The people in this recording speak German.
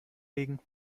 legen